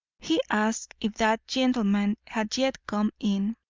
he asked if that gentleman had yet come in.